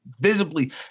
visibly –